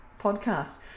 podcast